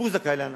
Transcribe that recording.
והוא זכאי להנחה.